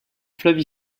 fleuve